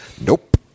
nope